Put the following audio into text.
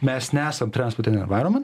mes nesam transporte envaironment